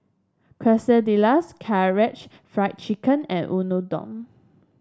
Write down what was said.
Quesadillas Karaage Fried Chicken and Unadon